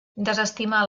desestimar